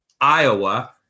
Iowa